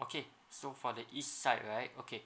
okay so for the east side right okay